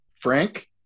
Frank